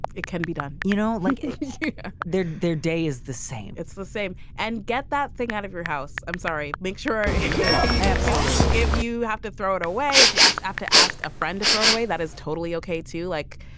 it can be done. you know, like yeah their their day is the same it's the same. and get that thing out of your house. i'm sorry. make sure yeah you absolu if you have to throw it away. if you ask after, ask a friend to throw it away. that is totally ok to like.